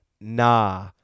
nah